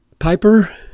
Piper